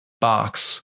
box